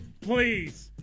please